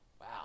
Wow